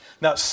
Now